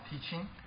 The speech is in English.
teaching